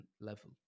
level